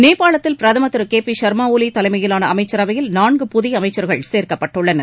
நேபாளத்தில் பிரதமர் திரு கே பி ஷர்மா ஓலி தலைமையிலான அமைச்சரவையில் நான்கு புதிய அமைச்சர்கள் சேர்க்கப்பட்டுள்ளனர்